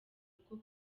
ariko